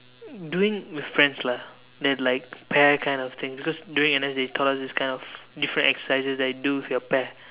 doing with friends lah that like pair kind of things because during N_S they taught us this kind of different exercises that do with your pair